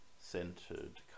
centered